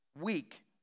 weak